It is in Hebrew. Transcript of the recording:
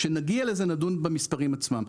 כשנגיע לזה נדון במספרים עצמם,